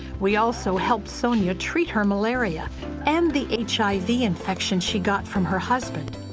we also helped sonya treat her malaria and the h i v. infection she got from her husband.